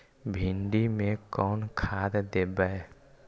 भिंडी में कोन खाद देबै?